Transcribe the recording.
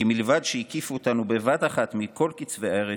כי מלבד שהקיפו אותנו בבת אחת מכל קצווי ארץ,